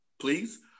please